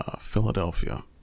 Philadelphia